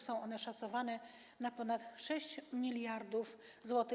Są one szacowane na ponad 6 mld zł.